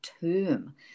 term